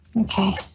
Okay